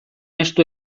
estu